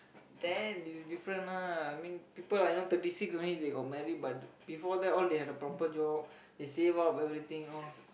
then it's different ah I mean people I know thirty six only they got married but before that they had a proper job they save up everything all